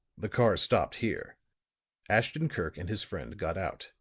the car stopped here ashton-kirk and his friend got out